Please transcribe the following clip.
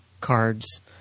cards